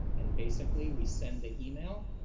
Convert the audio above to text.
and basically, we send a email.